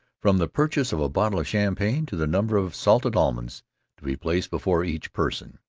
from the purchase of a bottle of champagne to the number of salted almonds to be placed before each person.